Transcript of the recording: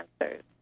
answers